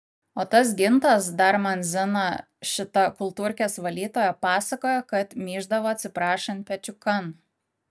o tas gintas dar man zina šita kultūrkės valytoja pasakojo kad myždavo atsiprašant pečiukan